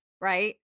right